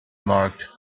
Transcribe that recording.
marked